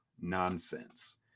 nonsense